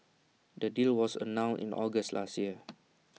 the deal was announced in August last year